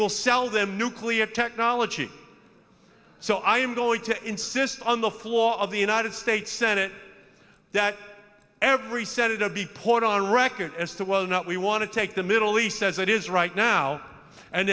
will sell them nuclear technology so i am going to insist on the floor of the united states senate that every senator be poured on record as to whether or not we want to take the middle east as it is right now and